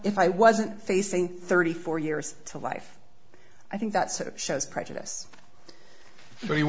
if i wasn't facing thirty four years to life i think that sort of shows prejudice